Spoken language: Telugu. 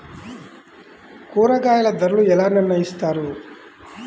కూరగాయల ధరలు ఎలా నిర్ణయిస్తారు?